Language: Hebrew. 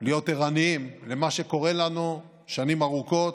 להיות ערניים למה שקורה לנו שנים ארוכות,